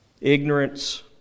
Ignorance